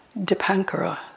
Dipankara